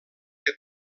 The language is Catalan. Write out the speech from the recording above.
que